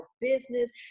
business